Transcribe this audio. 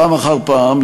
פעם אחר פעם,